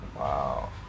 Wow